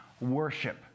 worship